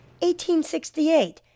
1868